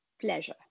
pleasure